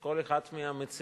כל אחד מהמציעים